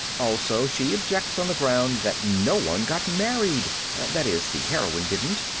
also she objects on the ground that no one got married that is, the heroine didn't.